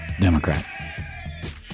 Democrat